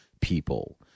people